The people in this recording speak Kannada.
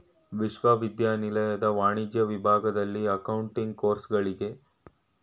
ವಿಶ್ವವಿದ್ಯಾನಿಲಯದ ವಾಣಿಜ್ಯ ವಿಭಾಗದಲ್ಲಿ ಅಕೌಂಟಿಂಗ್ ಕೋರ್ಸುಗಳಿಗೆ